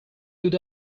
would